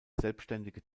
selbstständige